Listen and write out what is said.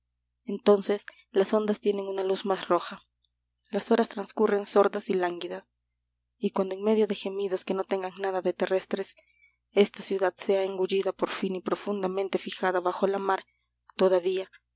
entonces las ondas tienen una luz más roja las horas transcurren sordas y lánguidas y cuando en medio de gemidos que no tengan nada de terrestres esta ciudad sea engullida por fin y profundamente fijada bajo la mar todavía